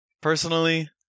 Personally